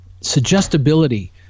suggestibility